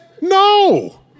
no